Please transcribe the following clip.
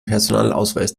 personalausweis